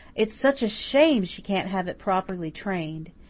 it's such a shame she can't have it properly trained.